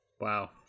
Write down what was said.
wow